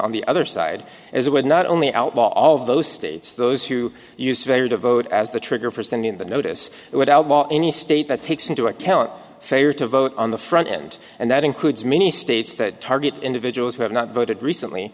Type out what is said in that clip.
on the other side is it would not only outlaw all of those states those who use very devote as the trigger for sending that notice it would outlaw any state that takes into account failure to vote on the front end and that includes many states that target individuals who have not voted recently